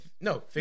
No